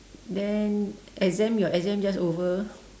then exam your exam just over